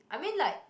I mean like